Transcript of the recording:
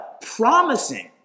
promising